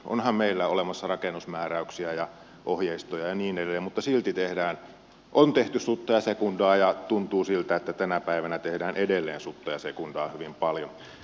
onhan meillä olemassa rakennusmää räyksiä ja ohjeistoja ja niin edelleen mutta silti on tehty sutta ja sekundaa ja tuntuu siltä että tänä päivänä tehdään edelleen sutta ja sekundaa hyvin paljon